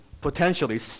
potentially